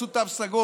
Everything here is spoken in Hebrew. עשו תו סגול,